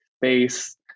base